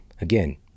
Again